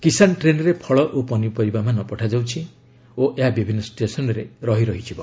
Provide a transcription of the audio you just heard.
କିଶାନ୍ ଟ୍ରେନ୍ରେ ଫଳ ଓ ପନିପରିବାମାନ ପଠାଯାଇଛି ଓ ଏହା ବିଭିନ୍ନ ଷ୍ଟେସନ୍ରେ ରହି ରହି ଯିବ